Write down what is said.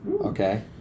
Okay